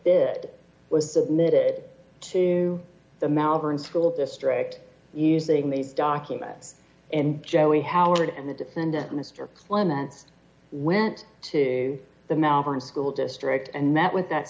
did was submitted to the malvern school district using these documents and joey howard and the defendant mr clements went to the malvern school district and met with that